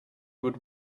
would